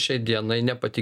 šiai dienai ne pati